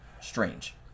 strange